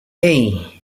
hey